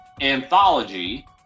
anthology